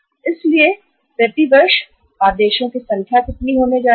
इसलिए प्रति वर्ष आदेशों की संख्या कितनी होने जा रही है